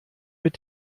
mit